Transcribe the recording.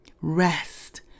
Rest